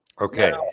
Okay